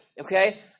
Okay